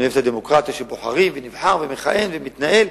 אני אוהב את הדמוקרטיה של בוחרים ונבחר ומכהן ומתנהל,